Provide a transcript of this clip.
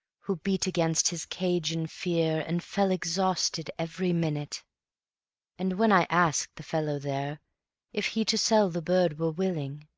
who beat against his cage in fear, and fell exhausted every minute and when i asked the fellow there if he to sell the bird were willing,